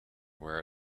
where